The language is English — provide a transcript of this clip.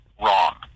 wrong